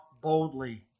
boldly